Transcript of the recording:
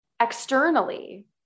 externally